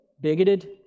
bigoted